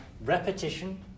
repetition